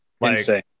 Insane